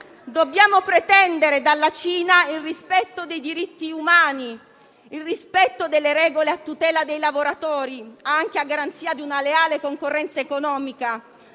Dobbiamo pretendere dalla Cina il rispetto dei diritti umani, il rispetto delle regole a tutela dei lavoratori, anche a garanzia di una leale concorrenza economica,